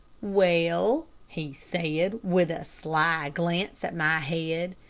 well, he said, with a sly glance at my head,